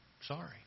Sorry